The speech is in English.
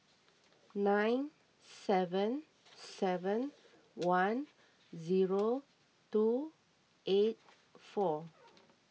nine seven seven one zero two eight four